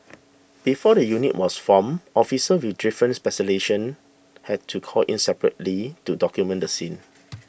before the unit was formed officers with different had to called in separately to document the scene